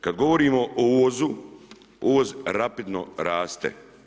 Kada govorimo o uvozu, uvoz rapidno raste.